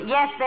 Yes